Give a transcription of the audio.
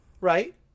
Right